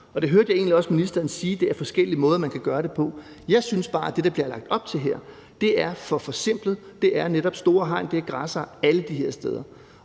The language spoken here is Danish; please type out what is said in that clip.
det hørte jeg egentlig også ministeren sige, altså at der er forskellige måder, man kan gøre det på. Jeg synes bare, at det, der bliver lagt op til her, er for forsimplet; det er netop store hegn, det er græssere alle de her steder.